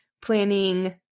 planning